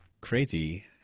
crazy